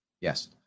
Yes